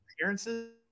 appearances